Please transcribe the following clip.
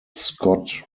scott